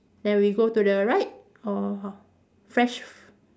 then we go to the right or how fresh f~